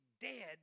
dead